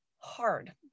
Hard